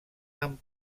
amb